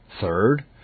Third